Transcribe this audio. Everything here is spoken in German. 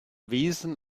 wesen